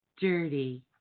dirty